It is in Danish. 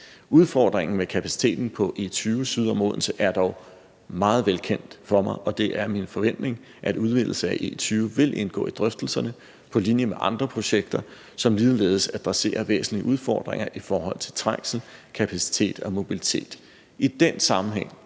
Udfordringen med kapaciteten på E20 syd om Odense er dog meget velkendt for mig, og det er min forventning, at en udvidelse af E20 vil indgå i drøftelserne på linje med andre projekter, som ligeledes adresserer væsentlige udfordringer i forhold til trængsel, kapacitet og mobilitet.